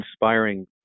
inspiring